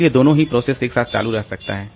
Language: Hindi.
इसलिए दोनों ही प्रोसेस एक साथ चालू रह सकता है